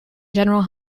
general